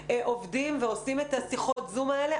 עובדים ועושים את שיחות הזום האלה,